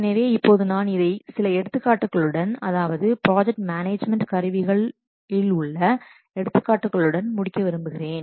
எனவே இப்போது நான் இதை சில எடுத்துக்காட்டுகளுடன் அதாவது ப்ராஜெக்ட் மேனேஜ்மென்ட் கருவிகளில் உள்ள எடுத்துக்காட்டுகளுடன் முடிக்க விரும்புகிறேன்